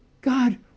God